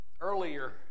earlier